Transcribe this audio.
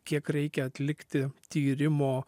kiek reikia atlikti tyrimo